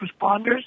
responders